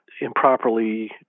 improperly